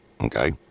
okay